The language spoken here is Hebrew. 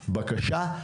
בקשה,